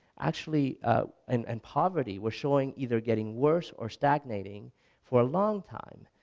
actually ah and and poverty were showing either getting worse or stagnating for a long time,